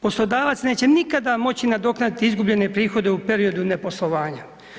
Poslodavac neće nikada moći nadoknaditi izgubljene prihode u periodu neposlovanja.